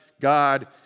God